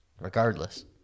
regardless